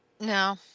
No